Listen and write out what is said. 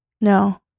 No